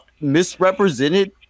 misrepresented